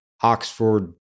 Oxford